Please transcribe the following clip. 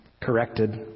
corrected